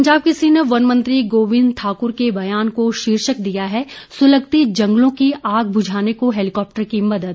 पंजाब केसरी ने वन मंत्री गोविंद ठाक्र के बयान को शीर्षक दिया है सुलगते जंगलों की आग बुझाने को हेलीकॉप्टर की मदद